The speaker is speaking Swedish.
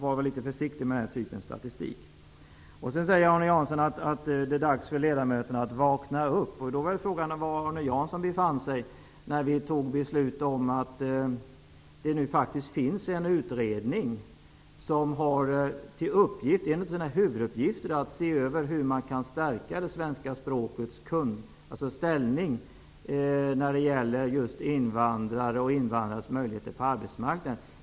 Arne Jansson sade att det är dags för ledamöterna att vakna upp. Då är frågan var Arne Jansson befann sig när vi fattade beslut om den utredning som fick som en av sina huvuduppgifter att se över hur det svenska språkets ställning kan stärkas när det gäller just invandrare och deras möjligheter på arbetsmarknaden.